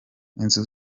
inzu